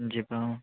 ଯିବା ଆଉ